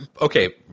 Okay